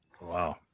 Wow